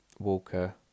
Walker